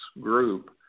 group